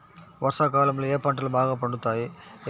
వర్షాకాలంలో ఏ పంటలు బాగా పండుతాయి?